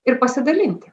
ir pasidalinti